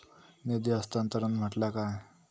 निधी हस्तांतरण म्हटल्या काय?